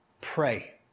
Pray